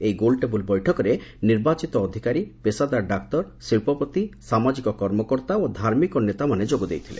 ଏହି ଗୋଲଟେବୁଲ ବୈଠକରେ ନିର୍ବାଚିତ ଅଧିକାରୀ ପେଶାଦାର ଡାକ୍ତର ଶିଳ୍ପପତି ସାମାଜିକ କର୍ମକର୍ତ୍ତା ଓ ଧାର୍ମିକ ନେତାମାନେ ଯୋଗ ଦେଇଥିଲେ